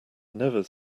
never